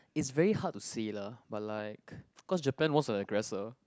it's very hard to say lah but like cause Japan was a aggressor